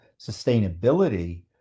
sustainability